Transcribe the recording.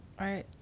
Right